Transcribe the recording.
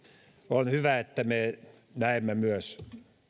on hyvä että me näemme myös